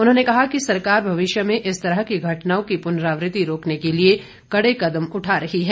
उन्होंने कहा कि सरकार भविष्य में इस तरह की घटनाओं की पुनरावृत्ति रोकने के लिए कड़े कदम उठा रही है